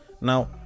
Now